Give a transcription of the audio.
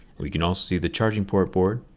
we can also see the charging port board,